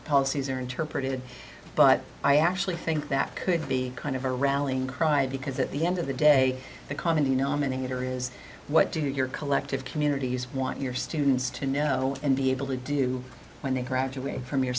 policies are interpreted but i actually think that could be kind of a rallying cry because at the end of the day the common denominator is what do your collective communities want your students to know and be able to do when they graduate from your